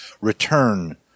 return